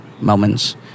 moments